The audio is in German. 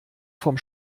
vom